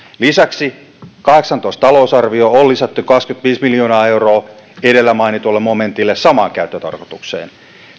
lisäksi kahdeksantoista talousarvioon on lisätty kaksikymmentäviisi miljoonaa euroa edellä mainitulle momentille samaan käyttötarkoitukseen